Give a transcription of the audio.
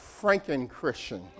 Franken-Christian